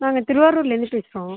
நாங்கள் திருவாரூர்லிருந்து பேசுகிறோம்